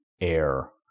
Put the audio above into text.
air